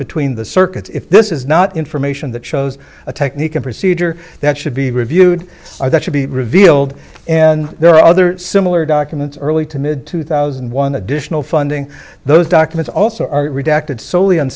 between the circuits if this is not information that shows a technique a procedure that should be reviewed that should be reviewed told and there are other similar documents early to mid two thousand and one additional funding those documents also are redacted soley